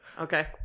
Okay